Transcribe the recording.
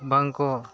ᱵᱟᱝᱠᱚ